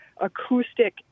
acoustic